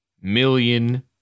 million